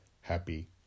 Happy